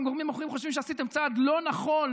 גורמים אחרים חושבים שעשיתם צעד לא נכון,